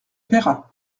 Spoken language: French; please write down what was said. verra